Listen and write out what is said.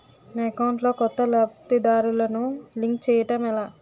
నా అకౌంట్ లో కొత్త లబ్ధిదారులను లింక్ చేయటం ఎలా?